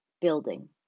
building